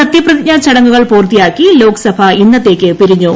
സത്യപ്രതിജ്ഞ ചടങ്ങ് പൂർത്തിയാക്കി ലോക്സഭ ഇന്നത്തേക്ക് പിരിഞ്ഞു